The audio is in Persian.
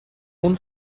اون